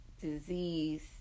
disease